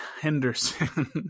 Henderson